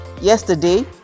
yesterday